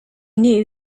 knew